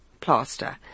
plaster